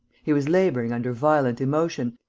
he was labouring under violent emotion,